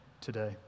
today